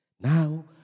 Now